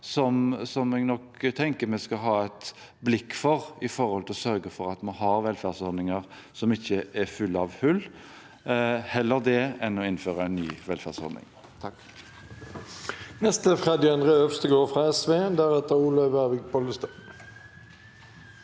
som jeg nok tenker vi skal ha et blikk på for å sørge for at vi har velferdsordninger som ikke er fulle av hull – heller det enn å innføre en ny velferdsordning.